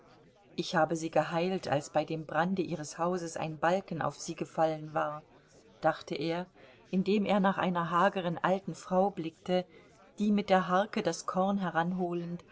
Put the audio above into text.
ich habe sie geheilt als bei dem brande ihres hauses ein balken auf sie gefallen war dachte er indem er nach einer hageren alten frau blickte die mit der harke das korn